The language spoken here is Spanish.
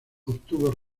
obtuvo